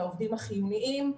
לעובדים החיוניים,